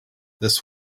this